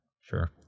Sure